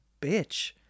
bitch